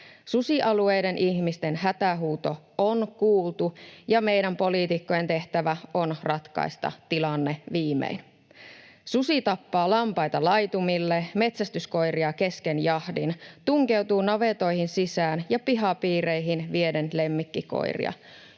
Susialueiden ihmisten hätähuuto on kuultu, ja meidän poliitikkojen tehtävä on ratkaista tilanne viimein. Susi tappaa lampaita laitumille, metsästyskoiria kesken jahdin, tunkeutuu navetoihin sisään ja pihapiireihin vieden lemmikkikoiria